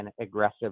aggressive